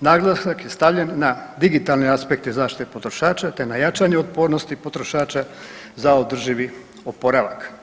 naglasak je stavljen na digitalne aspekte zaštite potrošača te na jačanju otpornosti potrošača za održivi oporavak.